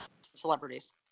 celebrities